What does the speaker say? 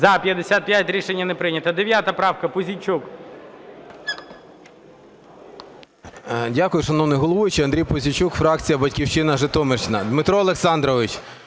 За-55 Рішення не прийнято. 9 правка, Пузійчук.